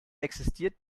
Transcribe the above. existiert